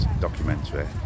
documentary